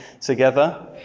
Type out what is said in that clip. together